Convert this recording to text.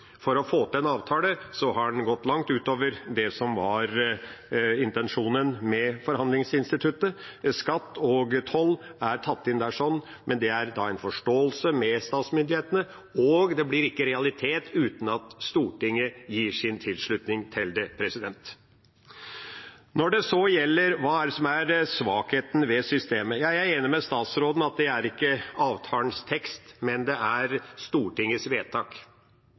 For å få til en avtale har en gått langt utover det som var intensjonen med forhandlingsinstituttet. Skatt og toll er tatt inn der, men det er en forståelse med statsmyndighetene, og det blir ikke realitet uten at Stortinget gir sin tilslutning til det. Når det så gjelder hva som er svakheten ved systemet, er jeg enig med statsråden i at det er ikke avtalens tekst, men det er Stortingets vedtak.